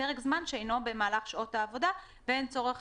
פרק זמן שאינו במהלך שעות העבודה ואין צורך